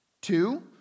Two